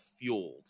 fueled